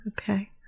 Okay